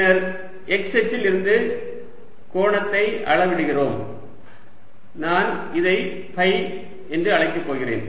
பின்னர் x அச்சில் இருந்து கோணத்தை அளவிடுகிறோம் நான் இதை ஃபை என்று அழைக்கப் போகிறேன்